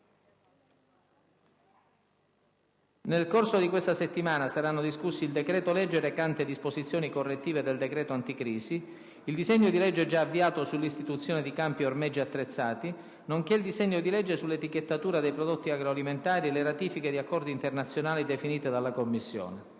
Nel corso di questa settimana saranno discussi il decreto-legge recante disposizioni correttive del decreto anticrisi, il disegno di legge, già avviato, sull'istituzione di campi ormeggi attrezzati, nonché il disegno di legge sull'etichettatura dei prodotti agroalimentari e le ratifiche di accordi internazionali definite dalla Commissione.